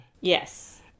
Yes